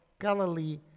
Galilee